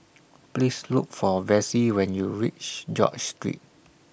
Please Look For Vassie when YOU REACH George Street